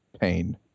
pain